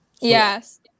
Yes